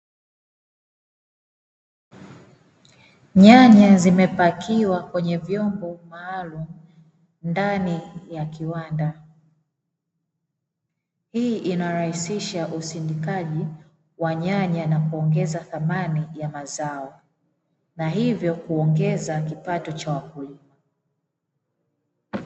Nyanya zimepakiwa kwenye vyombo maalumu ndani ya kiwanda hii inarahisisha usindikaji wa nyanya na kuongeza thamani ya mazao na hivyo kuongeza kipato cha wakulima.